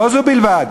לא זו בלבד,